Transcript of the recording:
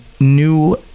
new